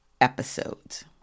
episodes